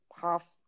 half